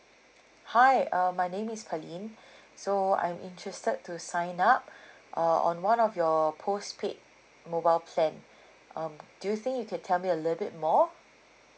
hi uh my name is pearlyn so I'm interested to sign up uh on one of your postpaid mobile plan um do you think you can tell me a little bit more